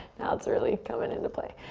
now it's really coming into play.